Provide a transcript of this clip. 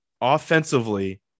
offensively